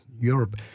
Europe